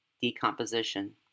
decomposition